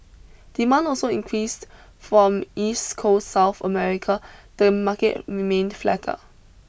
demand also increased from east coast South America the market remained flatter